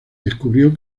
descubrió